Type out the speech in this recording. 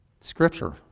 Scripture